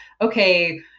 okay